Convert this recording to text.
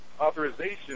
Authorization